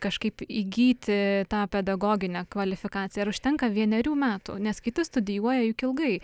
kažkaip įgyti tą pedagoginę kvalifikaciją ar užtenka vienerių metų nes kiti studijuoja juk ilgai